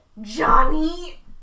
Johnny